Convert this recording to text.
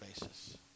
basis